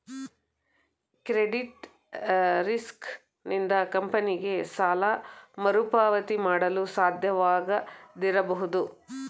credit risk ಇಂದ ಕಂಪನಿಗೆ ಸಾಲ ಮರುಪಾವತಿ ಮಾಡಲು ಸಾಧ್ಯವಾಗದಿರಬಹುದು